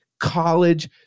College